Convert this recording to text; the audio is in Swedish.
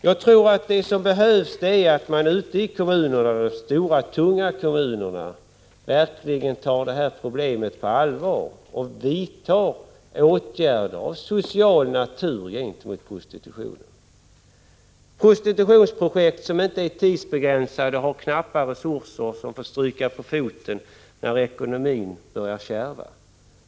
Jag tror att det är nödvändigt att man ute i de stora, tunga kommunerna verkligen tar problemet på allvar och vidtar åtgärder av social natur mot prostitutionen. Prostitutionsprojekt som inte är tidsbegränsade och har knappa resurser får stryka på foten när ekonomin börjar kärva.